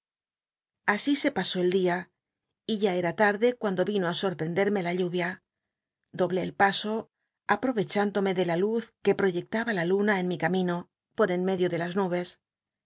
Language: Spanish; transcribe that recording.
así se pasó el c lia y ya em tal le cuando l'ino á sorprenderme la llul'ia doblé el paso apro ecluindome de la luz que proyectaba la luna en mi camino por en medio de las nubes